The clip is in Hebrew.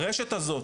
הרשת הזו,